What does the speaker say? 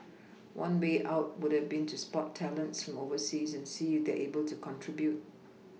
one way out would have been to spot talents from overseas and see if they're able to contribute